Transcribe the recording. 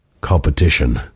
Competition